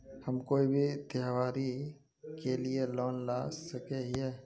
हम कोई भी त्योहारी के लिए लोन ला सके हिये?